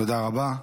תודה רבה.